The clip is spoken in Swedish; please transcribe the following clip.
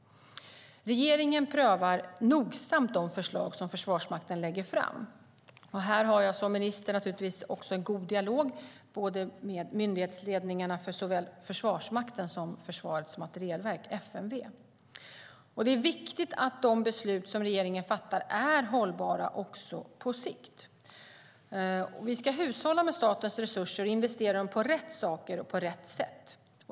Regeringen prövar nogsamt de förslag som Försvarsmakten lägger fram. Jag har som minister naturligtvis också en god dialog med myndighetsledningarna för såväl Försvarsmakten som Försvarets materielverk, FMV. Det är viktigt att de beslut som regeringen fattar är hållbara även på sikt. Vi ska hushålla med statens resurser och investera dem på rätt saker och på rätt sätt.